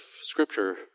scripture